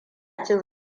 jin